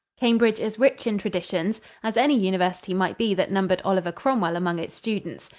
cambridge is rich in traditions, as any university might be that numbered oliver cromwell among its students.